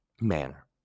manner